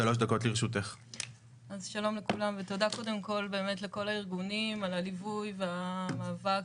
שלום לכולם ותודה לכל הארגונים על הליווי והמאבק,